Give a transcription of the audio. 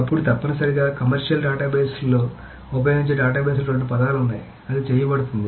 అప్పుడు తప్పనిసరిగా కమర్సియల్ డేటాబేస్లలో ఉపయోగించే డేటాబేస్లో రెండు పదాలు ఉన్నాయి అది చేయబడుతోంది